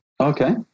Okay